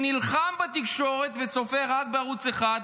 שנלחם בתקשורת וצופה רק בערוץ אחד,